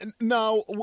Now